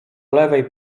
lewej